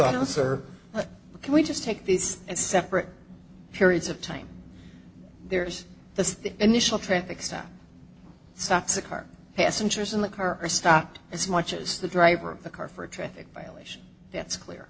officer can we just take these and separate periods of time there's this initial traffic stop stops a car passengers in the car are stopped as much as the driver of the car for a traffic violation that's clear